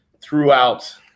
throughout